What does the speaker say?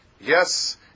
yes